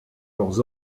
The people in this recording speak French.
leurs